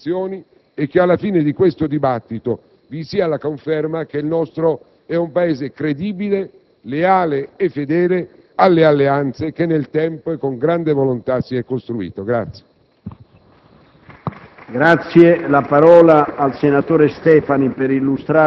Mi auguro che questo dibattito definisca chiaramente queste posizioni e che alla fine di esso vi sia la conferma che il nostro è un Paese credibile, leale e fedele alle alleanze che nel tempo e con grande volontà si è costruito.